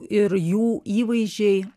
ir jų įvaizdžiai